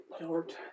lord